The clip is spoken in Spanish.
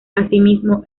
asimismo